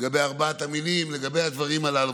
לגבי ארבעת המינים, לגבי הדברים הללו.